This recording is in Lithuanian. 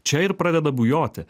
čia ir pradeda bujoti